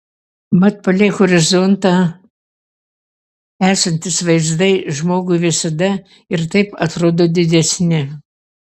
mat palei horizontą esantys vaizdai žmogui visada ir taip atrodo didesni